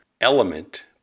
element